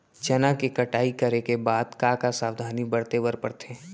चना के कटाई करे के बाद का का सावधानी बरते बर परथे?